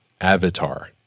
avatar